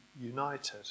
united